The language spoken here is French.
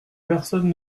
personne